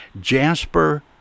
Jasper